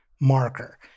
marker